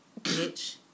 bitch